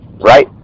right